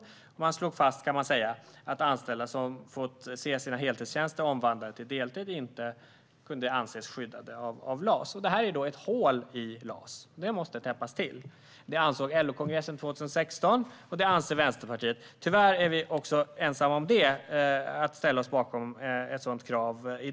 Arbetsdomstolen slog fast, kan man säga, att anställda som fått se sina heltidstjänster omvandlas till deltid inte kunde anses skyddade av LAS. Detta är ett hål i LAS, och det måste täppas till. Det ansåg LO-kongressen 2016, och det anser Vänsterpartiet. Tyvärr är vi i dag ensamma också om att ställa oss bakom ett sådant krav.